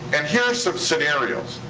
and here are some scenarios.